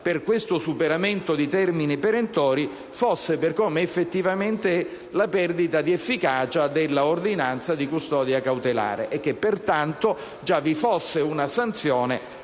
per tale superamento di termini perentori fosse, per come effettivamente è, la perdita di efficacia dell'ordinanza di custodia cautelare e che pertanto già vi fosse una sanzione